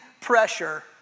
pressure